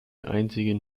einzigen